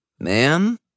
Ma'am